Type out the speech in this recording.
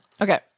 Okay